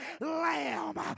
lamb